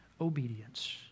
obedience